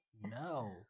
No